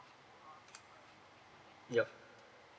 yup